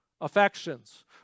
affections